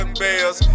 bells